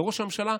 לראש הממשלה,